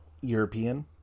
European